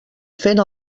fent